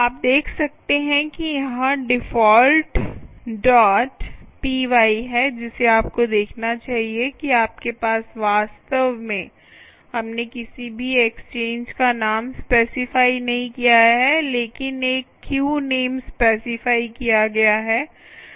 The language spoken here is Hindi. आप देख सकते हैं कि यहां default dot p y defaultp y है जिसे आपको देखना चाहिए कि आपके पास वास्तव में हमने किसी भी एक्सचेंज का नाम स्पेसिफाई नहीं किया है लेकिन एक क्यू नेम स्पेसिफाई किया गया है